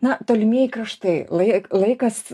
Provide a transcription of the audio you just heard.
na tolimieji kraštai lai laikas